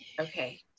Okay